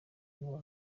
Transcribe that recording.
ngo